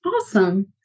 Awesome